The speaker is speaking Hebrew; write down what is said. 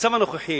במצב הנוכחי,